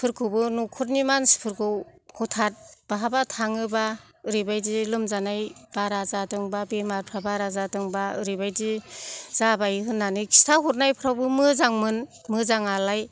फोरखौबो नखरनि मानसिफोरखौ हथाद बाहाबा थाङोबा ओरैबायदि लोमजानाय बारा जादोंबा बेमारफ्रा बाराजादोंबा ओरैबायदि जाबाय होन्नानै खिथा हरनायफ्रावबो मोजांमोन मोजांआलाय